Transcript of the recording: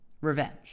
Revenge